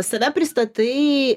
save pristatai